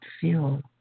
feel